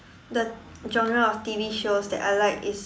the genre of T_V shows that I like is